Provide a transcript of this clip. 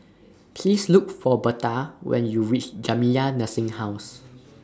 Please Look For Berta when YOU REACH Jamiyah Nursing Home